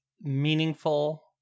meaningful